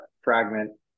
fragment